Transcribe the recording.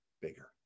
bigger